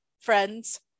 friends